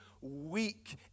weak